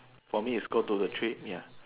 for me is go to the trade ya